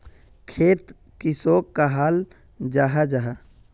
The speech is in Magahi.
खेत किसोक कहाल जाहा जाहा?